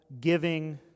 giving